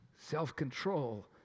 Self-control